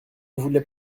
voulait